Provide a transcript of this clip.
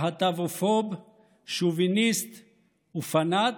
להט"בופוב, שוביניסט ופנאט"